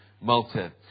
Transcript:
Malta